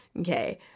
okay